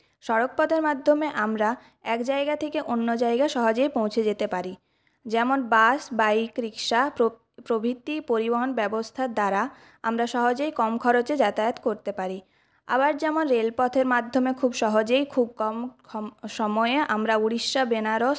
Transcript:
সড়কপথের মাধ্যমে আমরা এক জায়গা থেকে অন্য জায়গায় সহজেই পৌঁছে যেতে পারি যেমন বাস বাইক রিক্সা প্র প্রভৃতি পরিবহন ব্যবস্থার দ্বারা আমরা সহজেই কম খরচে যাতায়াত করতে পারি আবার যেমন রেলপথের মাধ্যমে খুব সহজেই খুব কম কম সময়ে আমরা উড়িষ্যা বেনারস